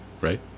right